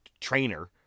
trainer